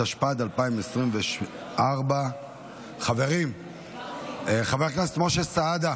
התשפ"ד 2024. חברים, חבר הכנסת משה סעדה,